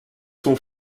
son